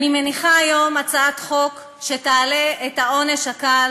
אני מניחה היום הצעת חוק שתעלה את העונש הקל